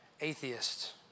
atheists